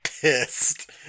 pissed